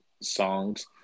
songs